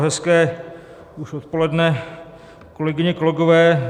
Hezké už odpoledne, kolegyně, kolegové.